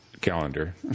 calendar